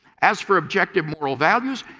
as for objective moral values,